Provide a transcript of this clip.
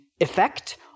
effect